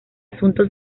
asuntos